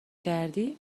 کردی